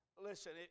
Listen